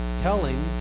telling